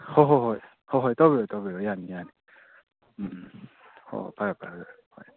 ꯍꯣ ꯍꯣ ꯍꯣꯏ ꯍꯣꯏ ꯍꯣꯏ ꯇꯧꯕꯤꯔꯣ ꯇꯧꯕꯤꯔꯣ ꯌꯥꯅꯤ ꯌꯥꯅꯤ ꯎꯝ ꯎꯝ ꯍꯣ ꯍꯣꯏ ꯐꯔꯦ ꯐꯔꯦ ꯑꯗꯨꯒꯤ ꯍꯣꯏ